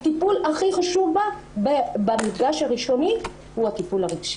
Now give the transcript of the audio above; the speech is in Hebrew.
הטיפול הכי חשוב במפגש הראשוני הוא הטיפול הרגשי.